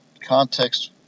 context